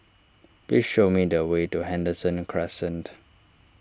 please show me the way to Henderson Crescent